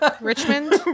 Richmond